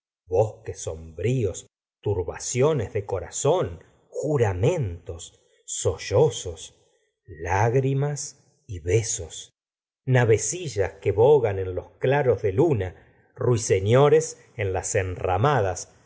todas las páginas bosques sombríos turbaciones de corazón juramentos sollozos lágrimas y besos navecillas que bogan en los claros de luna ruiseñores en las enramadas